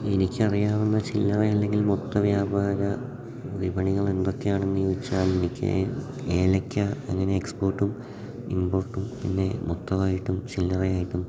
എനിക്കറിയാവുന്ന ചില്ലറ അല്ലെങ്കിൽ മൊത്ത വ്യാപാര വിപണികൾ എന്തൊക്കെയാണെന് ചോദിച്ചാൽ എനിക്ക് ഏലയ്ക്ക അങ്ങനെ എക്സ്പോർട്ടും ഇമ്പോർട്ടും പിന്നെ മൊത്തമായിട്ടും ചില്ലറയായിട്ടും